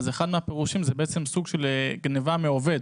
אחד מהפירושים זה סוג של גניבה מעובד.